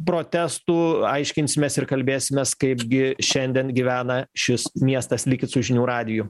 protestų aiškinsimės ir kalbėsimės kaipgi šiandien gyvena šis miestas likit su žinių radiju